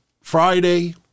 Friday